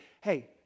hey